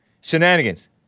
shenanigans